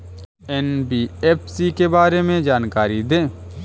NBFC के बारे में जानकारी दें?